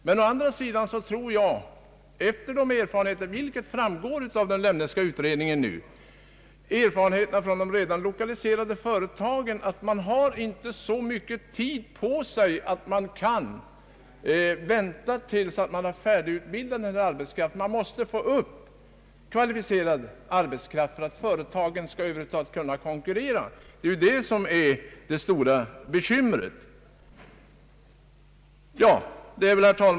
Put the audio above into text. Men som framgår av den Lemneska utredningen visar erfarenheterna från de redan lokaliserade företagen att man inte har så mycket tid på sig att man kan vänta tills denna nya arbetskraft har färdigutbildats. Man måste snabbt få kvalificerad arbetskraft för att företagen över huvud taget skall kunna konkurrera. Det är detta som är det stora bekymret.